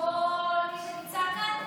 כל מי שנמצא כאן,